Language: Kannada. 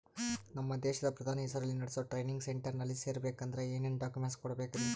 ನಮ್ಮ ದೇಶದ ಪ್ರಧಾನಿ ಹೆಸರಲ್ಲಿ ನೆಡಸೋ ಟ್ರೈನಿಂಗ್ ಸೆಂಟರ್ನಲ್ಲಿ ಸೇರ್ಬೇಕಂದ್ರ ಏನೇನ್ ಡಾಕ್ಯುಮೆಂಟ್ ಕೊಡಬೇಕ್ರಿ?